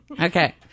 Okay